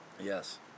Yes